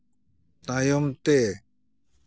ᱛᱟᱭᱚᱢ ᱛᱮ